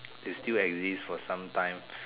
they still exist for some time